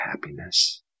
happiness